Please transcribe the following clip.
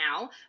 now